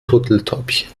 turteltäubchen